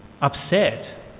upset